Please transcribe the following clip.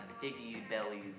piggy-bellies